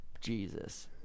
Jesus